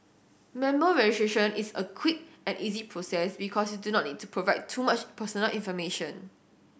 member registration is a quick and easy process because you do not need to provide too much personal information